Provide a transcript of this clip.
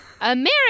America